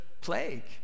plague